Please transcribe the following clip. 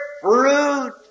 fruit